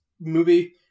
movie